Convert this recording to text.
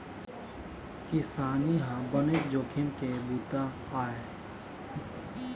किसानी ह बनेच जोखिम के बूता आय